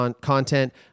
content